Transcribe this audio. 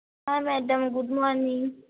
हा madam good morning